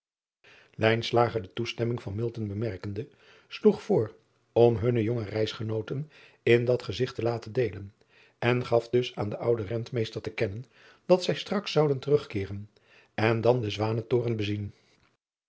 de toestemming van bemerkende sloeg voor om hunne jonge reisgenooten in dat gezigt te laten deelen en gaf dus aan den ouden entmeester te kennen dat zij straks zouden terugkeeren en dan den wanentoren bezien